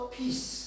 peace